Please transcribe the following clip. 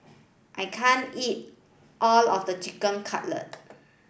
I can't eat all of the Chicken Cutlet